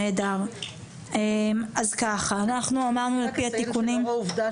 נהדר, אז ככה אנחנו אמרנו --- לאור העובדה